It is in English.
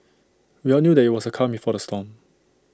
we all knew that IT was the calm before the storm